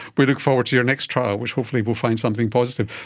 we look forward to your next trial which hopefully will find something positive.